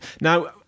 Now